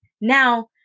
Now